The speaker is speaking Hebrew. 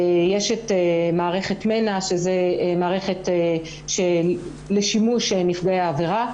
יש את מערכת מנ"ע שהיא מערכת לשימוש נפגעי העבירה,